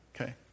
Okay